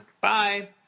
Bye